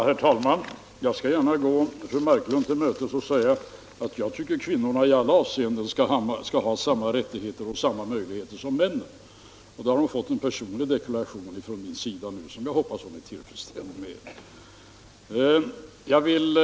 Herr talman! Jag skall gärna gå fru Marklund till mötes och säga att jag tycker att kvinnorna i alla avseenden skall ha samma rättigheter och möjligheter som männen. Nu har fru Marklund alltså fått en personlig deklaration från min sida, och jag hoppas att hon är tillfredsställd med den.